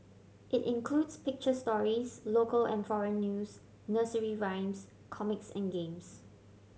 it includes picture stories local and foreign news nursery rhymes comics and games